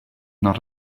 not